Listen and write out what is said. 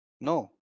no